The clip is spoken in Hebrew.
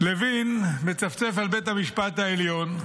לוין מצפצף על בית המשפט העליון,